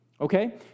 okay